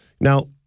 Now